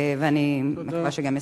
אני מקווה שגם יסכימו.